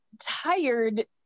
tired